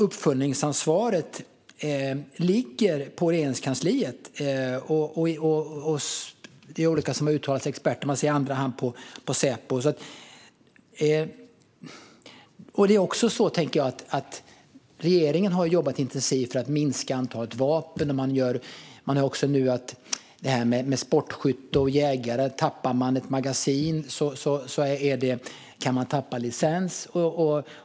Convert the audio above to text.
Uppföljningsansvaret ligger ju ändå på Regeringskansliet - olika experter har uttalat sig om detta - och i andra hand på Säpo. Regeringen har även jobbat intensivt för att minska antalet vapen. Vi har också hört att om man som jägare eller sportskytt tappar ett magasin kan man tappa licensen.